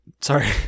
Sorry